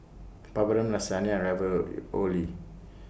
Papadum Lasagna and Ravioli